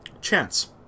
Chance